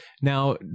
Now